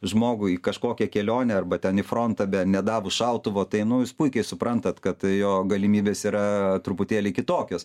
žmogų į kažkokią kelionę arba ten į frontą be nedavus šautuvo tai nu jūs puikiai suprantat kad jo galimybės yra truputėlį kitokios